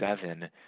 seven